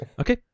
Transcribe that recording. Okay